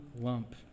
lump